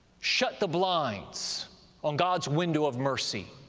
shut the blinds on god's window of mercy